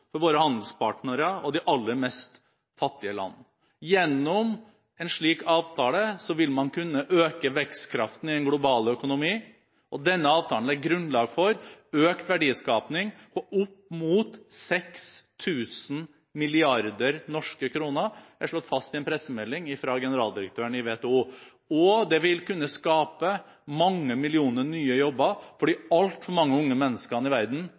for våre handelspartnere og for de aller fattigste landene. Gjennom en slik avtale vil man kunne øke vekstkraften i den globale økonomien. Denne avtalen legger grunnlaget for en økt verdiskaping på oppimot 6 000 milliarder norske kroner, er det slått fast i en pressemelding fra generaldirektøren i WTO, og det vil kunne skape mange millioner nye jobber for de altfor mange unge menneskene i verden